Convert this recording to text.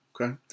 Okay